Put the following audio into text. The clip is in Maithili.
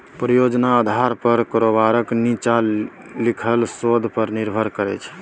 परियोजना आधार पर कारोबार नीच्चां लिखल शोध पर निर्भर करै छै